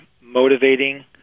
motivating